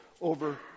over